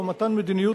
או מתן מדיניות,